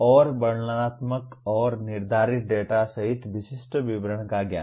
और वर्णनात्मक और निर्धारित डेटा सहित विशिष्ट विवरण का ज्ञान